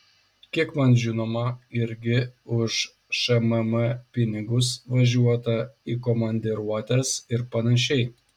kiek man žinoma irgi už šmm pinigus važiuota į komandiruotes ir panašiai